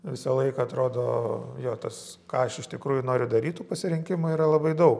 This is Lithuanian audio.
visą laiką atrodo jo tas ką aš iš tikrųjų noriu daryt tų pasirinkimų yra labai daug